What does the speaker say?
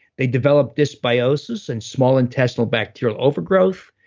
they develop dysbiosis and small intestinal bacteria overgrowth.